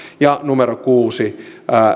kuusi